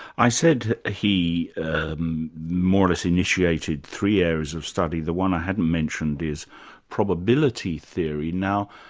i said he more or less initiated three areas of study, the one i hadn't mentioned is probability theory. now,